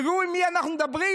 תראו עם מי אנחנו מדברים,